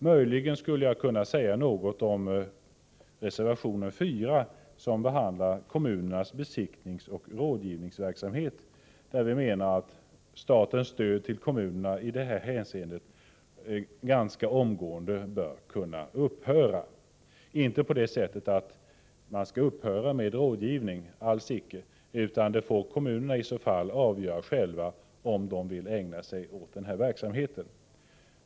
Möjligen skulle jag kunna säga något om reservation 4, där kommunernas besiktningsoch rådgivningsverksamhet behandlas. Här menar vi att statens stöd till kommunerna bör kunna upphöra ganska omedelbart — inte så att rådgivningen skall upphöra, men kommunerna själva bör få avgöra om de vill ägna sig åt denna verksamhet.